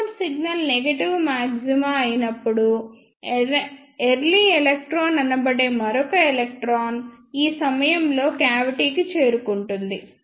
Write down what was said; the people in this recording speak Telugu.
ఇన్పుట్ సిగ్నల్ నెగటివ్ మాగ్జిమా అయినప్పుడు ఎర్లీ ఎలక్ట్రాన్ అనబడే మరొక ఎలక్ట్రాన్ ఈ సమయంలో క్యావిటీ కి చేరుకుంటుంది